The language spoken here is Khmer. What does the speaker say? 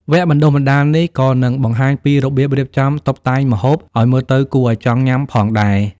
វគ្គបណ្ដុះបណ្ដាលនេះក៏នឹងបង្ហាញពីរបៀបរៀបចំតុបតែងម្ហូបឱ្យមើលទៅគួរឱ្យចង់ញ៉ាំផងដែរ។